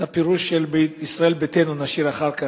את הפירוש של ישראל ביתנו נשאיר לאחר כך,